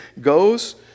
goes